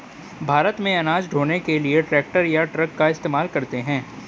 भारत में अनाज ढ़ोने के लिए ट्रैक्टर या ट्रक का इस्तेमाल करते हैं